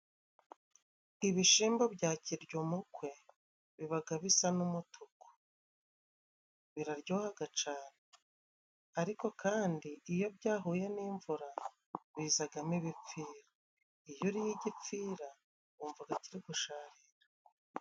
Ibishimbo bya kirya umukwe, bibaga bisa n'umutuku, biraryohaga cane. Ariko kandi iyo byahuye n'imvura bizagamo ibipfira. Iyo uriye igipfira wumvaga kiri gusharira.